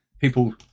people